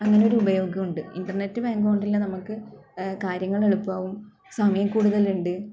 അങ്ങനൊരു ഉപയോഗം ഉണ്ട് ഇൻ്റെനെറ്റ് ബാങ്കിങ്ങ് കൊണ്ടുള്ള നമുക്ക് കാര്യങ്ങൾ എളുപ്പമാവും സമയക്കൂടുതൽ ഉണ്ട്